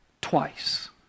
twice